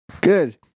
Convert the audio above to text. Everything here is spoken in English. Good